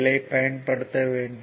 L ஐ பயன்படுத்த வேண்டும்